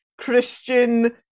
Christian